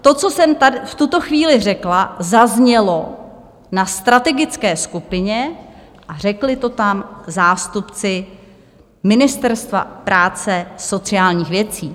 To, co jsem tady v tuto chvíli řekla, zaznělo na strategické skupině a řekli to tam zástupci Ministerstva práce a sociálních věcí.